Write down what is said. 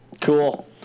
cool